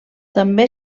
també